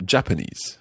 Japanese